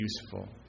useful